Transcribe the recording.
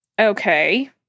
Okay